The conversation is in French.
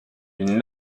une